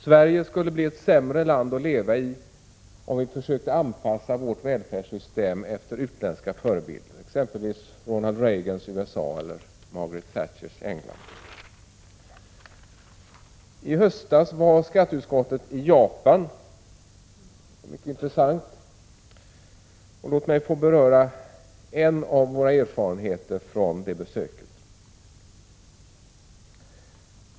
Sverige skulle bli ett sämre land att leva i om vi försökte anpassa vårt välfärdssystem efter utländska förebilder, exempelvis Ronald Reagans USA eller Margaret Thatchers England. I höstas var skatteutskottet i Japan. Det var mycket intressant. Låt mig få beröra en av våra erfarenheter från det besöket.